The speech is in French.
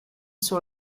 sur